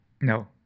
No